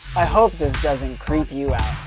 i hope this doesn't creep you out.